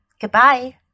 goodbye